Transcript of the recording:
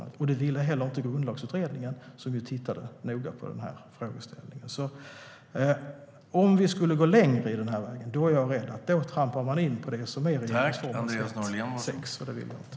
Det ville inte heller Grundlagsutredningen, som tittade noga på detta. Går vi längre på denna väg är jag rädd att vi trampar in på det som är regeringsformens 1 kap. 6 §, och det vill jag inte.